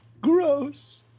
Gross